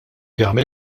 jagħmel